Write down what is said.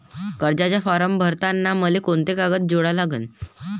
कर्जाचा फारम भरताना मले कोंते कागद जोडा लागन?